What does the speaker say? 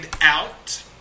out